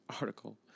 article